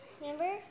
remember